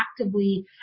actively